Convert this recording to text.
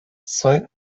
saint